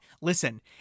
listen